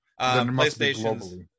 PlayStation's